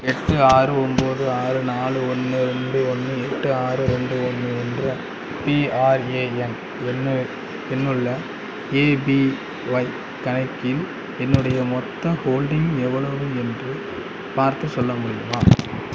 எட்டு ஆறு ஒன்போது ஆறு நாலு ஒன்று ரெண்டு ஒன்று எட்டு ஆறு ரெண்டு ஒன்று என்ற பிஆர்ஏஎன் எண் எண்ணுள்ள ஏபிஒய் கணக்கின் என்னுடைய மொத்தம் ஹோல்டிங் எவ்வளவு என்று பார்த்துச் சொல்ல முடியுமா